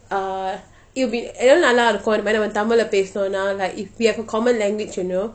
uh it will be எல்லாம் நல்லாற்கும் இந்த மாதிரி:ellam nallarkum intha mathiri tamil லே பேசினோனா:lei pesinona like if we have a common language you know